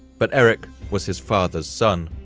but erik was his father's son,